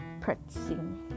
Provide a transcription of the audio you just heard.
practicing